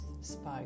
spoke